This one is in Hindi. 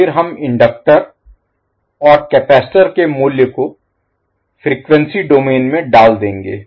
फिर हम और कपैसिटर के मूल्य को फ़्रीक्वेंसी डोमेन में डाल देंगे